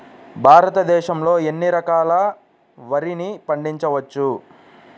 భారతదేశంలో ఎన్ని రకాల వరిని పండించవచ్చు